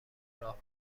راه